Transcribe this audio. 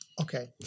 okay